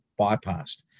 bypassed